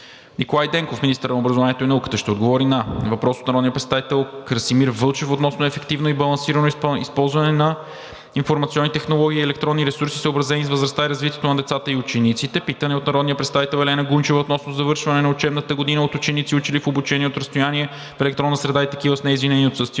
Николай Денков – министър на образованието и науката, ще отговори на: - въпрос от Красимир Вълчев относно ефективно и балансирано използване на информационни технологии и електронни ресурси, съобразени с възрастта и развитието на децата и учениците; - питане от Елена Гунчева относно завършване на учебната година от ученици, учили в обучение от разстояние в електронна среда, и такива с неизвинени отсъствия;